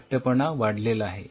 घट्टपणा वाढलेला आहे